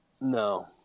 no